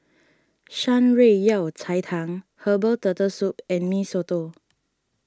Shan Rui Yao Cai Tang Herbal Turtle Soup and Mee Soto